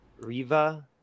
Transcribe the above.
Riva